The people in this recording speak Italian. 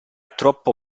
troppo